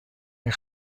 این